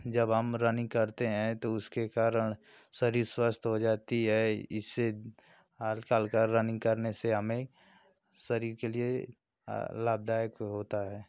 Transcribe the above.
जब हम रनिंग करते हैं तो उसके कारण शरीर स्वस्थ हो जाता है इससे हल्की हल्की रनिंग करने से हमें शरीर के लिए लाभदायक होता है